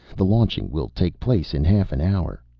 the launching will take place in half an hour.